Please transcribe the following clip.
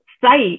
site